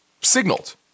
signaled